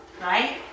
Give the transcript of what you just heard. Right